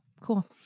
cool